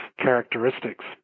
characteristics